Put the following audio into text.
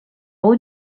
haut